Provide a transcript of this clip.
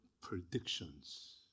predictions